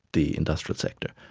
the industrial sector.